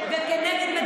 חברת הכנסת רגב,